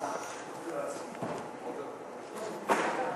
וברכות על תפקידך החדש-ישן.